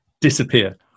disappear